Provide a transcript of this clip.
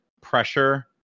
pressure